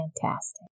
fantastic